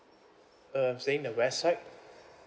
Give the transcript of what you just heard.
err I'm staying in the west side